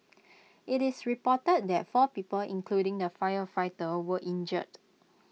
IT is reported that four people including the firefighter were injured